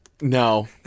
no